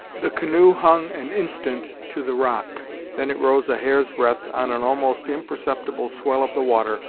the canoe hung an instant to the rock then it rose a hair's breadth on an almost imperceptible swell of the water,